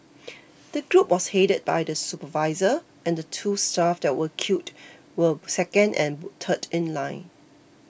the group was headed by the supervisor and the two staff that were killed were second and third in line